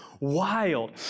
wild